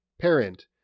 Parent